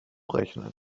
rechnen